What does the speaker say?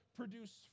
produce